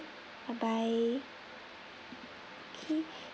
bye bye K